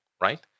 right